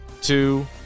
two